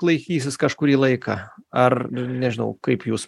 laikysis kažkurį laiką ar nežinau kaip jūs